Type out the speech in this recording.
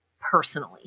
personally